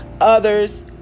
others